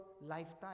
lifetime